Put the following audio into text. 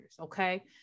Okay